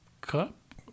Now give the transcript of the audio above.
cup